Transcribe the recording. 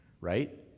right